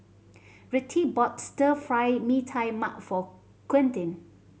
Rettie bought Stir Fry Mee Tai Mak for Quentin